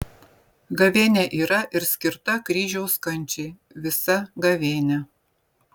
gavėnia yra ir skirta kryžiaus kančiai visa gavėnia